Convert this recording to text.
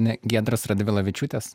ne giedros radvilavičiūtės